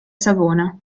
savona